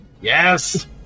Yes